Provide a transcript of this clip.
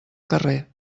carrer